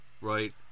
Right